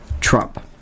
Trump